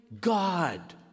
God